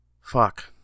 fuck